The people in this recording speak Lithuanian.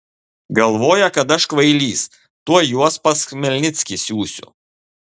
galvoja kad aš kvailys tuoj juos pas chmelnickį siųsiu